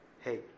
Hey